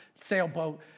sailboat